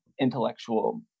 intellectual